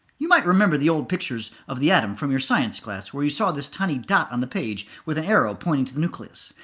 you might remember the old pictures of the atom from science class, where you saw this tiny dot on the page with an arrow pointing to the nucleus.